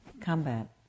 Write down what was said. combat